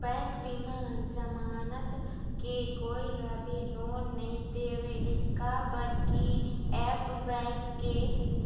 bank बिना जमानत के कोई ला भी लोन नहीं देवे का बर की ऐप बैंक के